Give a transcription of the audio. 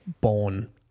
born